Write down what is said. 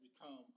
become